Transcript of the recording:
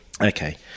Okay